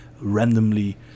randomly